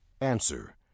Answer